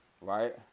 Right